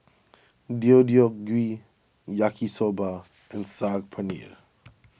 Deodeok Gui Yaki Soba and Saag Paneer